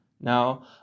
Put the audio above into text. Now